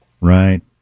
Right